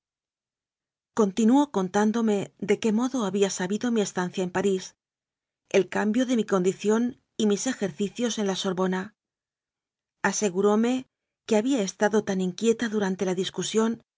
continuó contándome de qué modo había sabido mi estancia en parís el cambio de mi condición y mis ejercicios en la sorbona aseguróme que ha bía estado tan inquieta durante la discusión